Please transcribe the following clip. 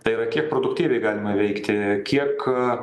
tai yra kiek produktyviai galima veikti kiek